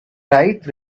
bright